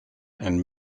and